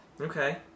Okay